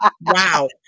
Wow